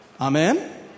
Amen